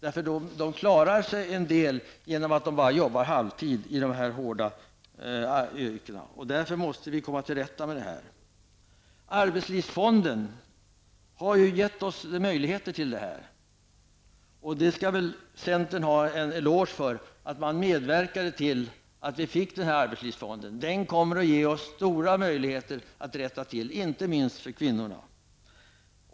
En del klarar sig genom att de bara arbetar halvtid i de här hårda yrkena. Vi måste komma till rätta med detta. Arbetslivsfonden har gett oss möjligheter. Centern skall ha en eloge för att man medverkade till att vi fick arbetslivsfonden. Den kommer att ge oss stora möjligheter att rätta till förhållandena, inte minst för kvinnorna.